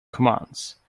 commands